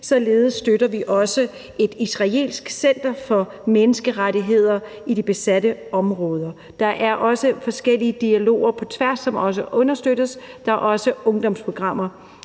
således støtter vi også et israelsk center for menneskerettigheder i de besatte områder. Der er også forskellige dialoger på tværs, som også understøttes, der er også ungdomsprogrammer.